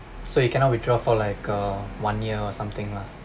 so you cannot withdraw for like uh one year or something lah